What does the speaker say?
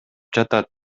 жатат